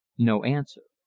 no answer.